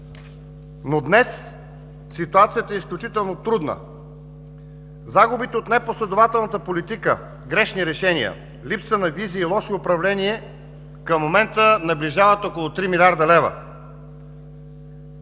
Днес ситуацията е изключително трудна. Загубите от непоследователната политика – грешни решения, липса на визия и лошо управление, към момента наближават около 3 млрд. лв.